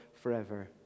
forever